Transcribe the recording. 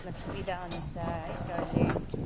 आफ्नो सुविधा अनुसार है टोइलेट